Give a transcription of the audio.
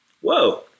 Whoa